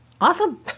Awesome